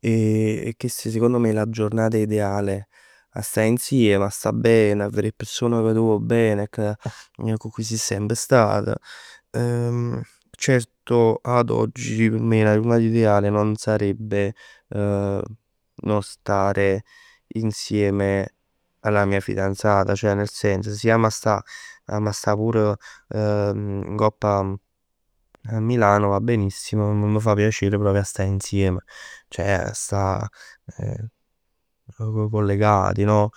e chest secondo me è la giornata ideale. A sta insieme, 'a sta bene, 'a verè 'e persone ca tu vuò bene e con cui si semp stat. Certoad oggi per me 'a jurnat ideale non sarebbe non stare insieme alla mia fidanzata. Ceh nel senso si amma sta. Amma sta pur ngopp 'a Milano, va benissimo, mi fa piacere, però amma sta insieme. Ceh a sta collegati no?